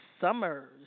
Summers